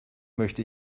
möchte